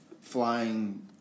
flying